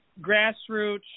grassroots